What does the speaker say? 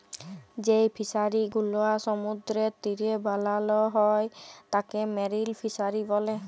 যেই ফিশারি গুলো সমুদ্রের তীরে বানাল হ্যয় তাকে মেরিন ফিসারী ব্যলে